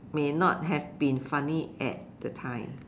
may not have been funny at that time